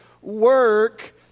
work